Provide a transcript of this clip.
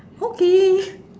okay